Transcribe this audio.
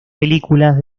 películas